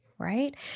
right